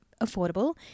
affordable